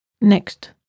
Next